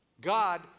God